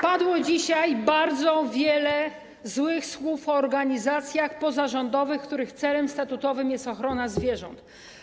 Padło dzisiaj bardzo wiele złych słów o organizacjach pozarządowych, których celem statutowym jest ochrona zwierząt.